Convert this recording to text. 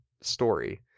story